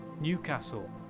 Newcastle